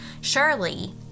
Surely